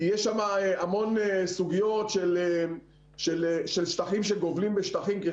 כי שם המון סוגיות של שטחים שגובלים בשטחים.